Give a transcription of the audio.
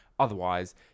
Otherwise